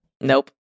Nope